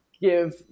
give